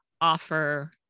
offer